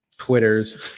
Twitters